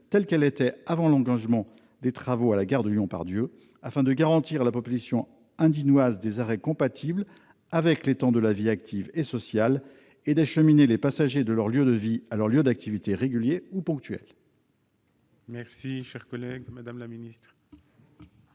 telle qu'elle était avant l'engagement des travaux à la gare de Lyon-Part-Dieu, afin de garantir à la population aindinoise des arrêts compatibles avec les temps de la vie active et sociale et d'acheminer les passagers de leur lieu de vie à leur lieu d'activités régulières ou ponctuelles. La parole est à Mme la secrétaire